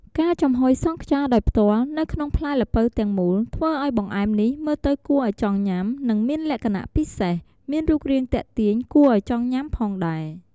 ការចំហុយសង់ខ្យាដោយផ្ទាល់នៅក្នុងផ្លែល្ពៅទាំងមូល ធ្វើឲ្យបង្អែមនេះមើលទៅគួរឲ្យចង់ញ៉ាំ និងមានលក្ខណៈពិសេស មានរូបរាងទាក់ទាញគួរអោយចង់ញុាំផងដែរ។